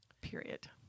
Period